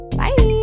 bye